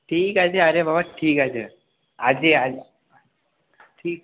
ঠিক আছে আরে বাবা ঠিক আছে আজকে আজ ঠিক